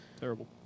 Terrible